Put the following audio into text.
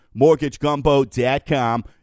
MortgageGumbo.com